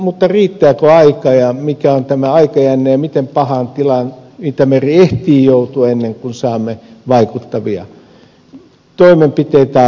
mutta riittääkö aika ja mikä on tämä aikajänne ja miten pahaan tilaan itämeri ehtii joutua ennen kuin saamme vaikuttavia toimenpiteitä aikaan